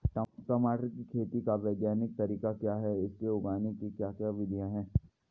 टमाटर की खेती का वैज्ञानिक तरीका क्या है इसे उगाने की क्या विधियाँ हैं?